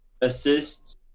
assists